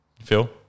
Phil